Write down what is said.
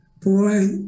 boy